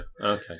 okay